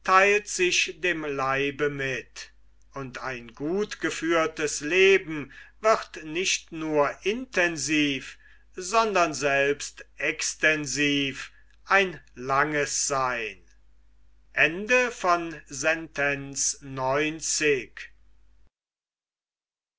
theilt sich dem leibe mit und ein gutgeführtes leben wird nicht nur intensiv sondern selbst extensiv ein langes seyn